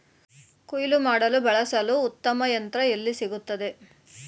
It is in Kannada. ಕುಯ್ಲು ಮಾಡಲು ಬಳಸಲು ಉತ್ತಮ ಯಂತ್ರ ಎಲ್ಲಿ ಸಿಗುತ್ತದೆ?